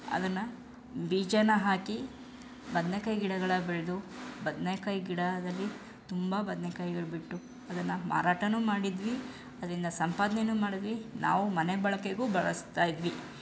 ಅದನ್ನು ಬೀಜನ ಹಾಕಿ ಬದ್ನೆಕಾಯಿ ಗಿಡಗಳ ಬೆಳೆದು ಬದ್ನೆಕಾಯಿ ಗಿಡದಲ್ಲಿ ತುಂಬ ಬದ್ನೆಕಾಯಿಗಳು ಬಿಟ್ಟು ಅದನ್ನು ಮಾರಾಟವೂ ಮಾಡಿದ್ವಿ ಅದರಿಂದ ಸಂಪಾದ್ನೆನೂ ಮಾಡಿದ್ವಿ ನಾವು ಮನೆ ಬಳಕೆಗೂ ಬಳಸ್ತಾ ಇದ್ವಿ